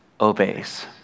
obeys